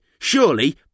surely